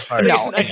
No